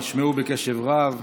נשמעו בקשב רב.